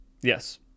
Yes